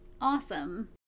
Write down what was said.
Awesome